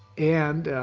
and,